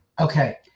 Okay